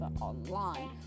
online